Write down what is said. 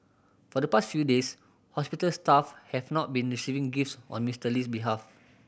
for the past few days hospital staff have not been receiving gifts on Mister Lee's behalf